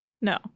No